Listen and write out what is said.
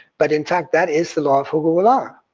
but in fact that is the law of huquq'u'llah.